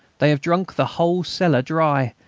they have drunk the whole cellar dry,